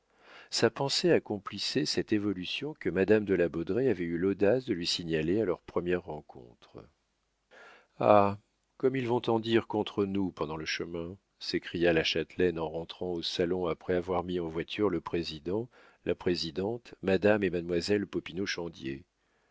sa pensée accomplissait cette évolution que madame de la baudraye avait eu l'audace de lui signaler à leur première rencontre ah comme ils vont en dire contre nous pendant le chemin s'écria la châtelaine en rentrant au salon après avoir mis en voiture le président la présidente madame et mademoiselle